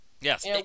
yes